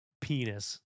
penis